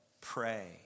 pray